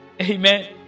Amen